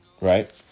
right